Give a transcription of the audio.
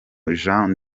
jean